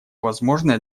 возможное